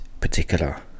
particular